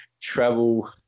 travel